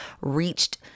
reached